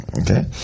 okay